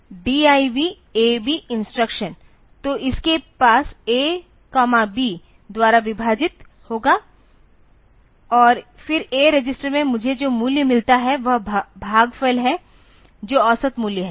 DIV AB instruction तो इसके पास AB द्वारा विभाजित होगा और फिर A रजिस्टर में मुझे जो मूल्य मिलता है वह भागफल है जो औसत मूल्य है